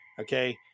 Okay